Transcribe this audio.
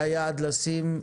היה יעד לשים,